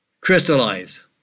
crystallize